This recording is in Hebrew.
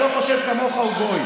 לא כל מי שלא חושב כמוך הוא גוי.